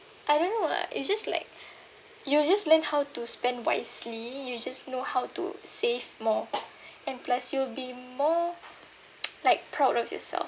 I don't know lah it's just like you just learn how to spend wisely you just know how to save more and plus you'll be more like proud of yourself